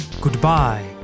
Goodbye